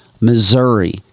Missouri